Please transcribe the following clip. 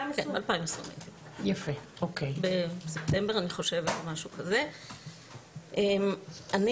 בשנת 2020. אני